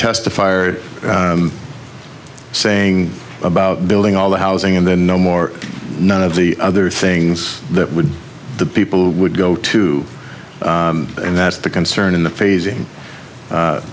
testify or saying about building all the housing and then no more none of the other things that would the people would go to and that's the concern in the phasing